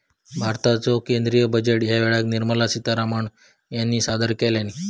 भारताचो केंद्रीय बजेट ह्या वेळेक निर्मला सीतारामण ह्यानी सादर केल्यानी